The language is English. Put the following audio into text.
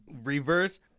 reverse